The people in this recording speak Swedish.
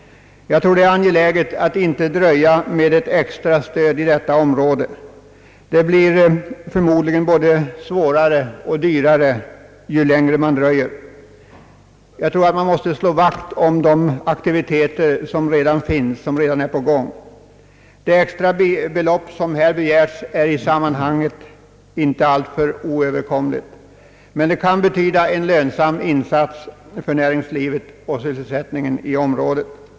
Jag tror att det är angeläget att inte dröja med ett extra stöd i detta område; det blir både svårare och dyrare ju längre man dröjer. Det är angeläget att slå vakt om de aktiviteter som är på gång. Det extra belopp som här har begärts är i sammanhanget inte alltför oöverkomligt, men det kan betyda en lönsam insats för näringslivet och sysselsättningen i området.